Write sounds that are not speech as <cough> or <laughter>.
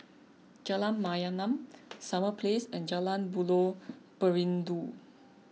Jalan Mayaanam <noise> Summer Place and Jalan Buloh Perindu